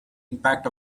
impact